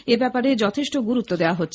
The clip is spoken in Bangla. এ ব্যাপারে যথেষ্ট গুরুত্ব দেওয়া হচ্ছে